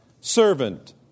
Servant